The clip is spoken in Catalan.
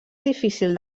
difícil